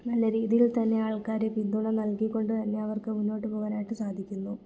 നല്ല രീതിയിൽ തന്നെ ആൾക്കാർ പിന്തുണ നൽകിക്കൊണ്ട് തന്നെ അവർക്ക് മുന്നോട്ടുപോകുവാനായിട്ട് സാധിക്കുന്നു